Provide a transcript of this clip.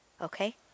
Okay